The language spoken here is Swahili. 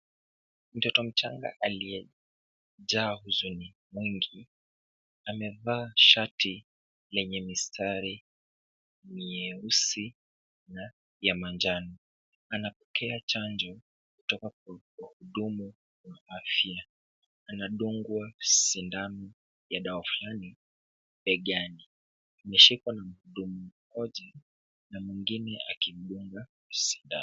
Mtoto mchanga aliyejaa huzuni mwingi amevaa shati lenye mistari mieusi na ya manjano. Anapokea chanjo kutoka kwa wahudumu wa afya. Anadungwa sindano ya dawa fulani begani. Ameshikwa na mhudumu mmoja na mwingine akimdunga sindano.